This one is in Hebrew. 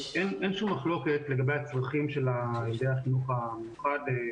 אין שום מחלוקת לגבי הצרכים של ילדי החינוך המיוחד.